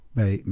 bij